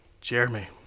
Jeremy